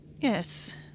Yes